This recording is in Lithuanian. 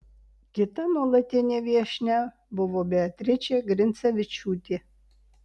kita nuolatinė viešnia buvo beatričė grincevičiūtė